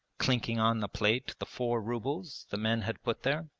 clinking on the plate the four rubles the men had put there.